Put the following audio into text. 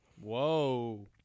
Whoa